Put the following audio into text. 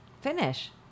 Finish